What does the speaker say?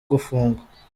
gufungwa